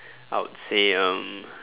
I would say um